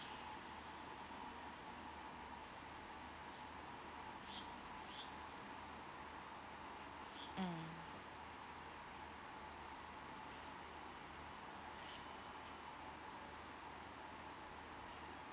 mm